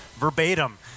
verbatim